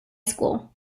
school